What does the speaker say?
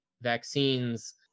vaccines